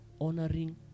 honoring